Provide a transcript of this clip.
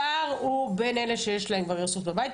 הפער הוא בין אלה שיש להם כבר איירסופט בבית,